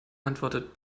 antwortet